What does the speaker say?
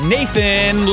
Nathan